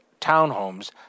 townhomes